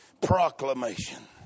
proclamation